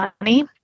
money